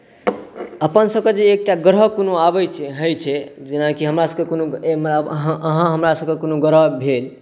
अपनसभके जे एकटा ग्रह कोनो आबैत छै होइत छै जेनाकि हमरासभके अहाँ हमरासभकेँ कोनो ग्रह भेल